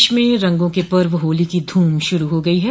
प्रदेश में रंगों क पर्व होली की धूम शुरू हो गयी है